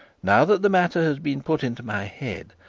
now that the matter has been put into my head,